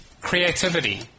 Creativity